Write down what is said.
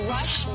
Rush